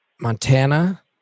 Montana